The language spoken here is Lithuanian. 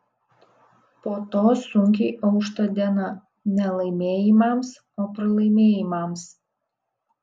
po to sunkiai aušta diena ne laimėjimams o pralaimėjimams